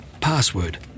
password